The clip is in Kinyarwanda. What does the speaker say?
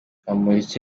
bamporiki